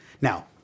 Now